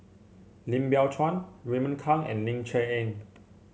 Lim Biow Chuan Raymond Kang and Ling Cher Eng